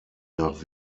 nach